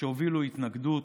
שהובילו התנגדות,